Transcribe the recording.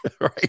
Right